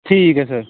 ਠੀਕ ਹੈ ਸਰ